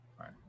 Right